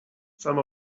some